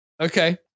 Okay